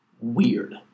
weird